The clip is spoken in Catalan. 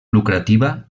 lucrativa